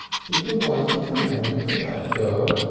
she's a wonderful manager, that girl.